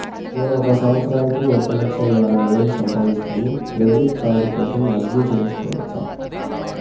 నేను ఒక సంవత్సరానికి ఒక లక్ష యాభై వేలు సంపాదిస్తాను, క్రెడిట్ కార్డు కోసం అర్జీ సేసుకోవచ్చా?